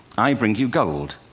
i bring you gold.